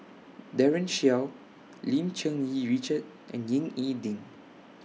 Daren Shiau Lim Cherng Yih Richard and Ying E Ding